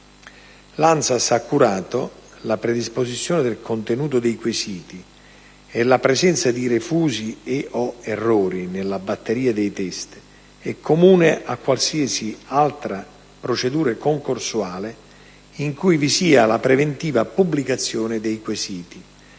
L'ANSAS ha curato la predisposizione del contenuto dei quesiti e la presenza di refusi e/o errori nella batteria dei *test* è comune a qualsiasi altra procedura concorsuale in cui vi sia la preventiva pubblicazione dei quesiti,